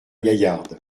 gaillarde